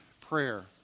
prayer